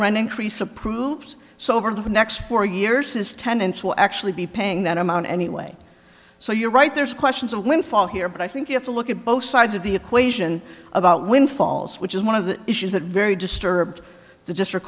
right increase approved so over the next four years his tenants will actually be paying that amount anyway so you're right there's questions of a windfall here but i think you have to look at both sides of the equation about windfalls which is one of the issues that very disturbed the district